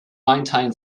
maintain